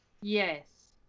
Yes